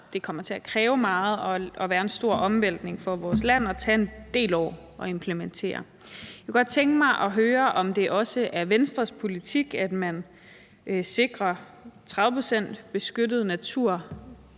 det kommer til at kræve meget, vil være en stor omvæltning for vores land og tage en del år at implementere. Jeg kunne godt tænke mig at høre, om det også er Venstres politik, at man sikrer 30 pct. beskyttet natur